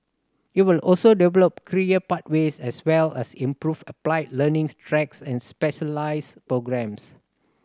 it will also develop career pathways as well as improve applied learning tracks and specialist programmes